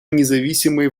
независимые